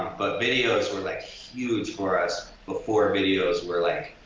but videos were like huge for us before videos were like